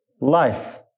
life